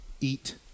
eat